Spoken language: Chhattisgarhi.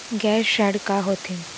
गैर ऋण का होथे?